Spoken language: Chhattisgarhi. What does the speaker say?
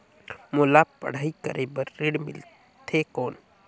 मोला पढ़ाई करे बर ऋण मिलथे कौन?